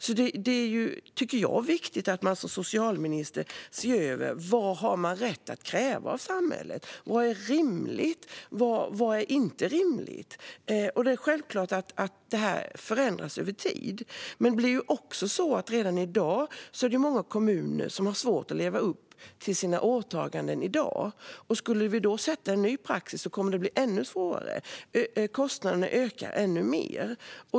Jag tycker att det är viktigt att socialministern ser över vad man har rätt att kräva av samhället, vad som är rimligt och inte rimligt. Det är klart att detta förändras över tid. Men redan i dag är det många kommuner som har svårt att leva upp till sina åtaganden. Om vi då inför en ny praxis kommer det att bli ännu svårare, och kostnaderna ökar ännu mer.